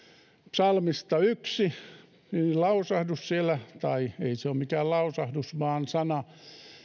psalmista yksi lausahdus tai ei se ole mikään lausahdus vaan sana